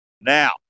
Now